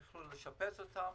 יוכלו לשפץ את הדירות,